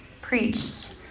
preached